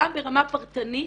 גם ברמה פרטנית.